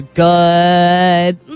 good